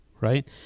right